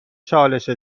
چالش